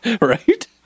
Right